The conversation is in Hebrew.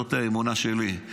זאת האמונה שלי.